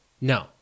No